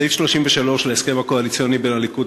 סעיף 33 להסכם הקואליציוני בין הליכוד